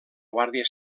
guàrdia